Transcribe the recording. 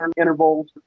intervals